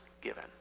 given